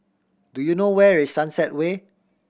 do you know where is Sunset Way